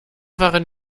waren